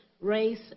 race